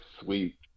sweet